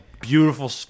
beautiful